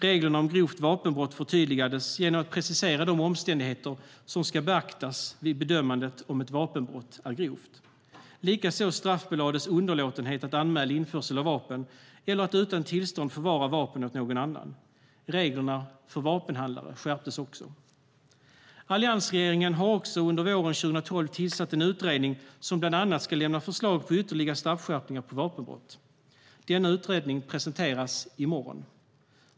Reglerna om grovt vapenbrott förtydligades genom att precisera de omständigheter som ska beaktas vid bedömandet av om ett vapenbrott är grovt. Likaså straffbelades underlåtenhet att anmäla införsel av vapen eller att utan tillstånd förvara vapen åt någon annan. Reglerna för vapenhandlare skärptes. Alliansregeringen har också under våren 2012 tillsatt en utredning som bland annat ska lämna förslag på ytterligare straffskärpningar för vapenbrott. Denna utredning presenteras i morgon.